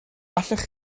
allech